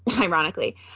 ironically